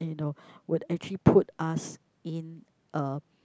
you know would actually put us in a